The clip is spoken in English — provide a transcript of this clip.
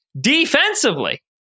Defensively